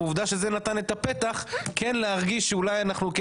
ועובדה שזה נתן את הפתח כן להרגיש שאולי אנחנו כן